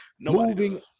Moving